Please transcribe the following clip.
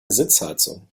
sitzheizung